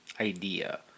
idea